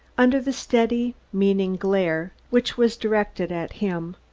under the steady, meaning glare which was directed at him,